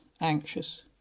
anxious